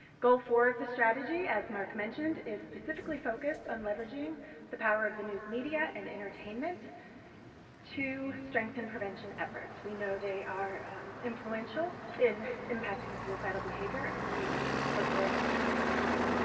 goal four of the strategy, as mark mentioned, is specifically focused on leveraging the power of the news media and entertainment to strengthen prevention efforts. we know they are influential in impacting suicidal behavior, and we look forward to partnering with you.